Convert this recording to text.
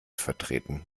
vertreten